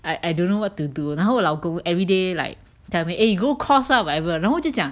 I I don't know what to do 然后老公 everyday like tell me eh you go course lah whatever 然后我就讲